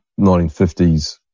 1950s